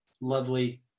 lovely